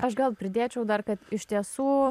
aš gal pridėčiau dar kad iš tiesų